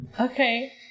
Okay